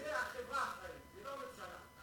זה החברה אחראית, לא הממשלה.